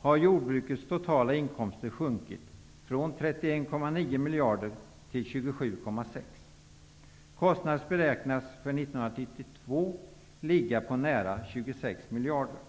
har jordbrukets totala inkomster sjunkit från 31,9 miljarder kronor till 27,6. Kostnaderna beräknas för 1992 ligga på nära 26 miljarder kronor.